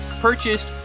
purchased